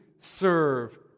serve